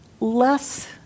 less